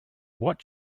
what